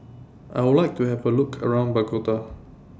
I Would like to Have A Look around Bogota